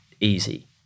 easy